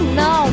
no